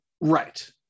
right